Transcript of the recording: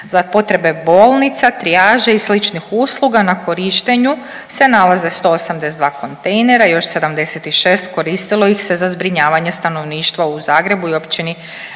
Za potrebe bolnica, trijaže i sličnih usluga na korištenju se nalaze 182 kontejnera, još 76 koristilo ih se za zbrinjavanje stanovništva u Zagrebu i Općini